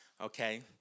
Okay